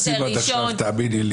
את זה עושים עד עכשיו, תאמיני לי.